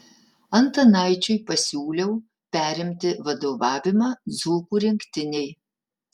antanaičiui pasiūliau perimti vadovavimą dzūkų rinktinei